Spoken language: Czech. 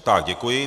Tak děkuji.